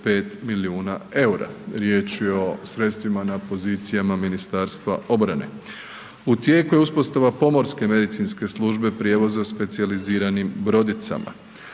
Riječ je o sredstvima na pozicijama Ministarstva obrane. U tijeku je uspostava pomorske medicinske službe prijevoza specijaliziranim brodicama.